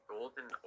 golden